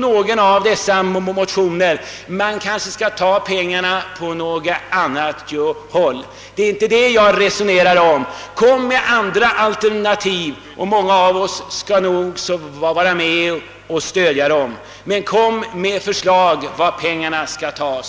någon av våra motioner kanske ger felaktiga anvisningar och att pengarna borde tas på annat håll. Det är emellertid inte detta jag resonerar om. Kom gärna med andra alternativ — och många av oss är nog gärna med om att stödja dem — till förslag om varifrån pengarna skall tas.